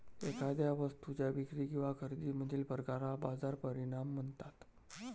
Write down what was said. एखाद्या वस्तूच्या विक्री किंवा खरेदीमधील फरकाला बाजार परिणाम म्हणतात